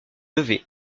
levé